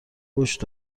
پشت